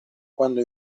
quando